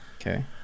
Okay